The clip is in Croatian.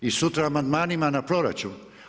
I sutra amandmanima na proračun.